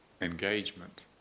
engagement